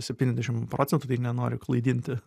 septyniasdešim procentų tai nenoriu klaidinti